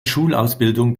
schulausbildung